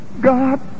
God